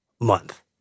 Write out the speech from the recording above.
month